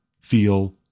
feel